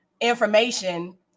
information